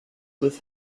with